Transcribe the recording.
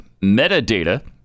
metadata